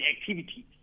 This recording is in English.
activities